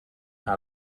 out